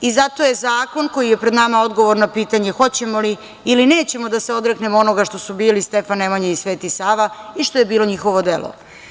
I zato je zakon koji je pred nama, odgovor na pitanje hoćemo li ili nećemo da se odreknemo onoga što su bili Stefan Nemanja i Sveti Sava i što je bilo njihovo delo.